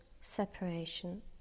separation